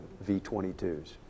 V-22s